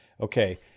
okay